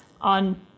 on